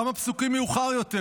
כמה פסוקים מאוחר יותר